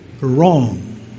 Wrong